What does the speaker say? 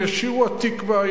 ישירו "התקווה",